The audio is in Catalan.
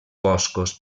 boscos